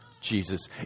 Jesus